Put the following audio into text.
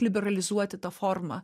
liberalizuoti tą formą